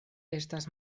estas